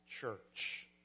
church